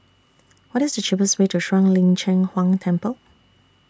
What IS The cheapest Way to Shuang Lin Cheng Huang Temple